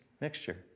mixture